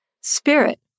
spirit